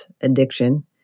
addiction